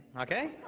okay